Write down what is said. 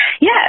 Yes